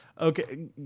Okay